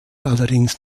allerdings